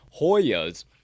Hoyas